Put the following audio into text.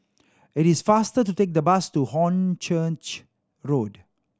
it is faster to take the bus to Hornchurch Road